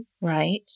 Right